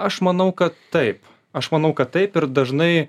aš manau kad taip aš manau kad taip ir dažnai